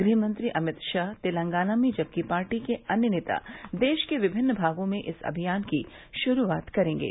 गृहमंत्री अमित शाह तेलंगाना में जबकि पार्टी के अन्य नेता देश के विभिन्न भागों से इस अभियान की शुरूआत करेंगे